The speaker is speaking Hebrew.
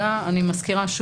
אנחנו לא יודעים אם הם בכלל